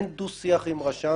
אין דו-שיח עם רשם.